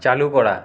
চালু করা